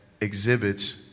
exhibits